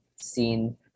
seen